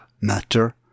matter